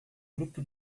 grupo